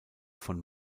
von